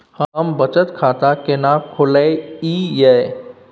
हम बचत खाता केना खोलइयै?